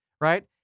right